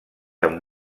amb